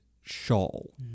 shawl